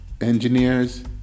Engineers